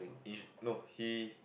it's no he